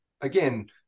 again